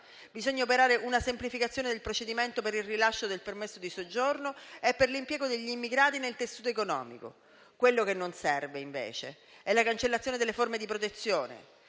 Bisogna operare una semplificazione del procedimento per il rilascio del permesso di soggiorno e per l'impiego degli immigrati nel tessuto economico. Quello che non serve, invece, è la cancellazione delle forme di protezione,